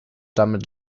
damit